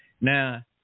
Now